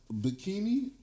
bikini